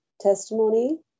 testimony